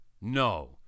No